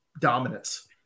dominance